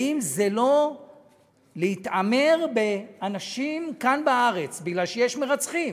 האם זה לא להתעמר באנשים כאן בארץ, כי יש מרצחים?